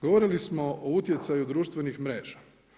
Govorili smo o utjecaju društvenih mreža.